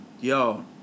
Yo